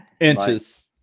inches